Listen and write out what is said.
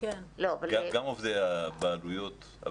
גם עובדי הבעלויות,